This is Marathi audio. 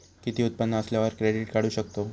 किती उत्पन्न असल्यावर क्रेडीट काढू शकतव?